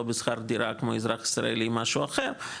בשכר דירה כמו אזרח ישראלי משהו אחר,